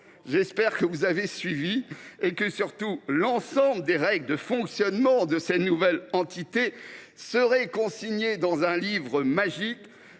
J’espère que vous avez suivi et, surtout, que l’ensemble des règles de fonctionnement de cette nouvelle entité sera consigné dans un livre magique,